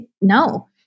No